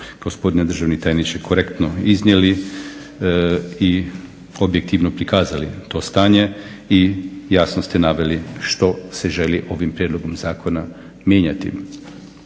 gospodine državni tajniče to korektno iznijeli i objektivno prikazali to stanje i jasno ste naveli što se želi ovim prijedlogom zakona mijenjati.